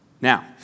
Now